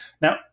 Now